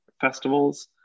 festivals